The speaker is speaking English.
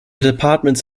departments